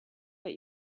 but